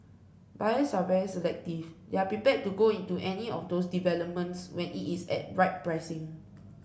buyers are very selective they are prepared to go into any of those developments where it is at right pricing